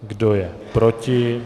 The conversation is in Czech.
Kdo je proti?